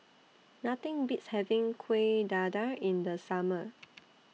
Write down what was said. Nothing Beats having Kueh Dadar in The Summer